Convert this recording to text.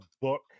book